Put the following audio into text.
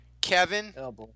Kevin